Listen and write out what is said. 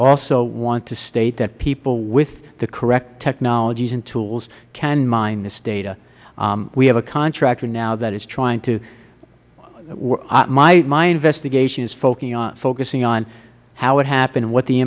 also want to state that people with the correct technologies and tools can mine this data we have a contractor now that is trying to my investigation is focusing on how it happened and what the